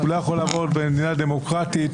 הוא לא יכול לעבור במדינה דמוקרטית,